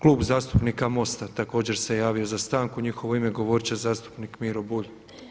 Klub zastupnika MOST-a također se javio za stanku i u njihovo ime govorit će zastupnik Miro Bulj.